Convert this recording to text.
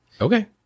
Okay